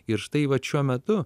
ir štai vat šiuo metu